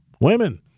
Women